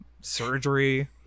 surgery